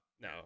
no